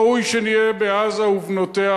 ראוי שנהיה בעזה ובנותיה,